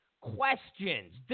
Questions